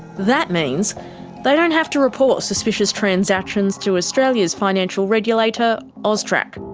that means they don't have to report suspicious transactions to australia's financial regulator, austrac.